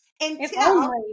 Until-